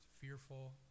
fearful